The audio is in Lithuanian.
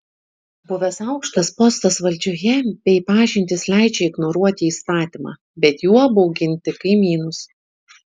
buvęs aukštas postas valdžioje bei pažintys leidžia ignoruoti įstatymą bet juo bauginti kaimynus